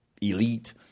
elite